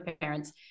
parents